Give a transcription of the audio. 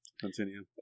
continue